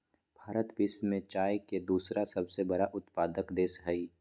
भारत विश्व में चाय के दूसरा सबसे बड़ा उत्पादक देश हइ